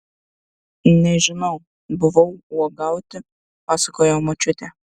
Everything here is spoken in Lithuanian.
nežinau buvau uogauti pasakojo močiutė